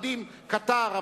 חדים כתער,